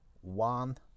one